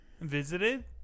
visited